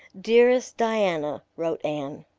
dearest diana wrote anne,